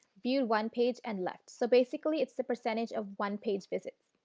viewed one page and left. so, basically it's the percentage of one page visit.